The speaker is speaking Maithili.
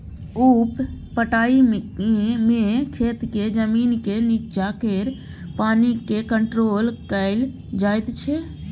उप पटाइ मे खेतक जमीनक नीच्चाँ केर पानि केँ कंट्रोल कएल जाइत छै